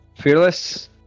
Fearless